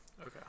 Okay